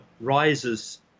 rises